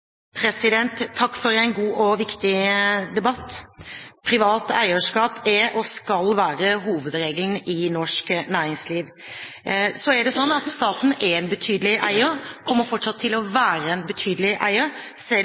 det. Takk for en god og viktig debatt. Privat eierskap er og skal være hovedregelen i norsk næringsliv. Så er det sånn at staten er en betydelig eier og fortsatt kommer til å være en betydelig eier, selv